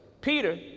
peter